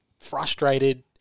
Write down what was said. frustrated